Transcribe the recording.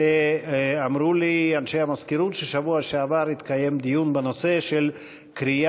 ואמרו לי אנשי המזכירות שבשבוע שעבר התקיים דיון בנושא כרייה,